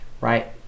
right